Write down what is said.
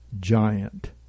giant